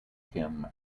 kim